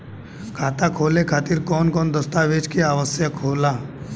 खाता खोले खातिर कौन कौन दस्तावेज के आवश्यक होला?